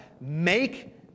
make